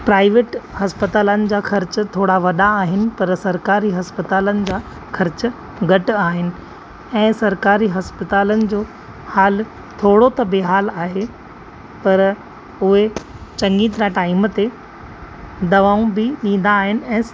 private हस्पतालनि जा ख़र्चु थोरा वॾा आहिनि पर सरकारी हस्पतालनि जा ख़र्चु घटि आहिनि ऐं सरकारी हस्पतालनि जो हाल थोरो तो बेहालु आहे पर उह् चङी तरह टाइम ते दवाऊं बि ॾिंदा आहिनि ऐं